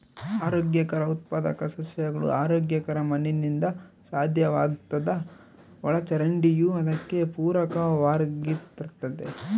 ಆರೋಗ್ಯಕರ ಉತ್ಪಾದಕ ಸಸ್ಯಗಳು ಆರೋಗ್ಯಕರ ಮಣ್ಣಿನಿಂದ ಸಾಧ್ಯವಾಗ್ತದ ಒಳಚರಂಡಿಯೂ ಅದಕ್ಕೆ ಪೂರಕವಾಗಿರ್ತತೆ